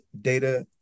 data